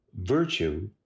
virtue